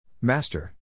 Master